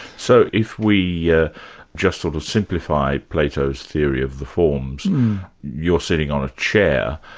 so if we yeah just sort of simplified plato's theory of the forms you're sitting on a chair,